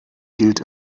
gilt